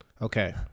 okay